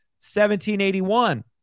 1781—